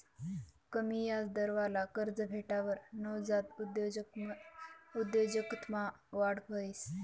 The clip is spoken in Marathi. कमी याजदरवाला कर्ज भेटावर नवजात उद्योजकतामा वाढ व्हस